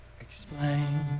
explain